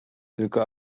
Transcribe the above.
tylko